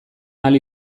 ahal